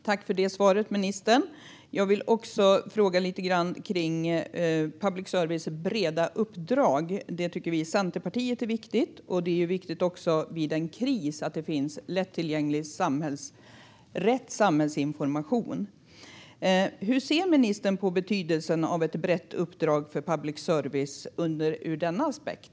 Fru talman! Tack, ministern, för svaret! Jag vill också ställa en fråga kring public services breda uppdrag. Det tycker vi i Centerpartiet är viktigt. Det är viktigt vid en kris att det finns lättillgänglig, korrekt samhällsinformation. Hur ser ministern på betydelsen av ett brett uppdrag för public service ur denna aspekt?